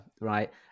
right